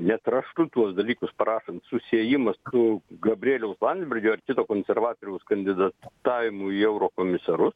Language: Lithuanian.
net raštu tuos dalykus parašant susiejimas su gabrieliaus landsbergio ar kito konservatoriaus kandidatavimu į eurokomisarus